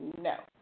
no